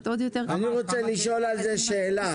יותר --- אני רוצה לשאול על זה שאלה.